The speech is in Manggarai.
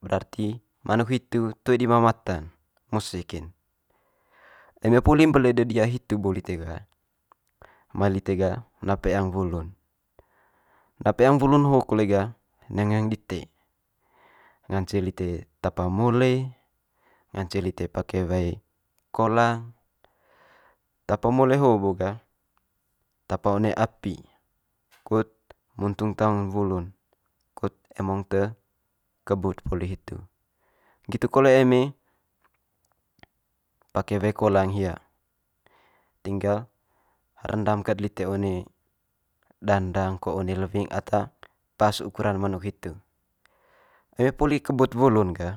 berarti manuk hitu toe ma mata'n, mose kin. Eme poli mbele de di'a hitu bo lite ga mai lite ga na peang wulu'n. Na peang wulu'n ho kole ga nia ngoeng dite ngance lite tapa mole ngance lite pake wae kolang. Tapa mole ho bo ga tapa one api, kut muntung taung wulu'n kut emong te kebut wulu hitu. Nggitu kole eme pake wae kolang hia tinggal rendam ket lite one dandang ko one lewing ata pas ukuran manuk hitu eme puli kebut wulu'n ga.